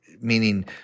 meaning